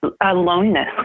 aloneness